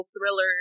thriller